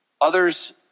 Others